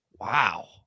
Wow